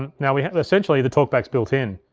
and now we have, essentially, the talkback's built in.